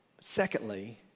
Secondly